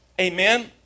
Amen